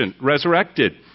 resurrected